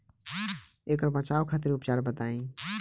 ऐकर बचाव खातिर उपचार बताई?